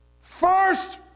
First